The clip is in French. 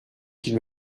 qu’il